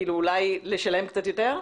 אולי לשלם קצת יותר?